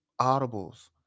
audibles